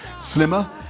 slimmer